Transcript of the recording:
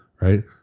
right